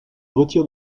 retire